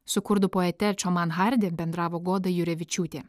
su kurdų poete čioman hardi bendravo goda jurevičiūtė